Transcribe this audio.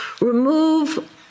remove